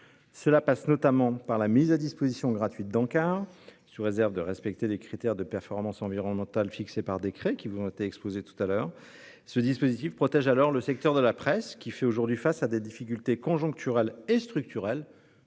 Cela passe notamment par la mise à disposition gratuite d'encarts, sous réserve de respecter des critères de performance environnementale fixés par décret. Ce dispositif protège alors le secteur de la presse, qui fait aujourd'hui face à des difficultés conjoncturelles et structurelles,